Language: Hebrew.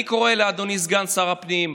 אני קורא לאדוני סגן שר הפנים,